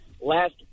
last